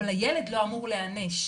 אבל הילד לא אמור להיענש.